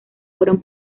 fueron